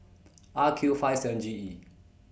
R Q five seven G E